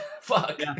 Fuck